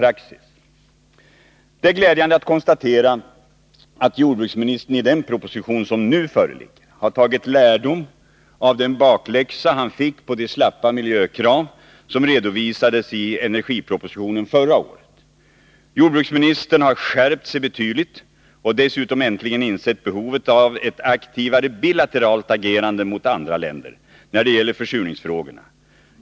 Det är glädjande att konstatera att jordbruksministern i den proposition som nu föreligger har tagit lärdom av den bakläxa han fick på de slappa miljökrav som redovisades i energipropositionen förra året. Jordbruksministern har skärpt sig betydligt och dessutom äntligen insett behovet av ett aktivare bilateralt agerande mot andra länder när det gäller försurningsfrågorna.